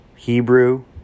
Hebrew